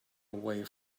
away